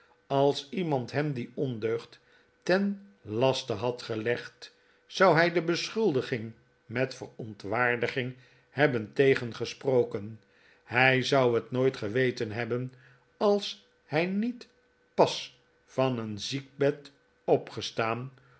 als iemand hem die ondeugd ten laste had gelegd zou hij de beschuldiging met verontwaardiging hebben tegengesproken hij zou het nooit geweten hebben als hij niet pas van een ziekbed opgestaam